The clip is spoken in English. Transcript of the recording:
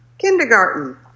Kindergarten